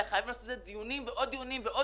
אלא חייבים לעשות על זה דיונים ועוד דיונים ועוד